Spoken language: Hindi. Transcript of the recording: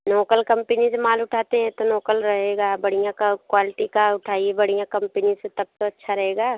नोकल कंपनी से माल उठाते हैं तो नोकल रहेगा बढ़िया क्वालटी का उठाइए बढ़िया कंपनी से तब तो अच्छा रहेगा